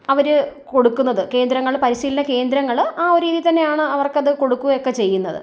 അവർ കൊടുക്കുന്നത് കേന്ദ്രങ്ങൾ പരിശീലന കേന്ദ്രങ്ങൾ ആ ഒരു രീതിയിൽ തന്നെയാണ് അവർക്കത് കൊടുക്കുകയൊക്കെ ചെയ്യുന്നത്